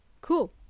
Cool